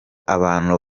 abantu